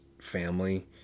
family